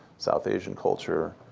south asian culture,